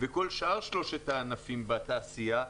וכל שאר שלושת הענפים בתעשייה,